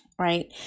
right